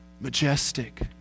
majestic